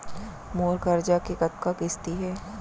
मोर करजा के कतका किस्ती हे?